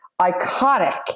iconic